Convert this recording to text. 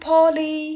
Polly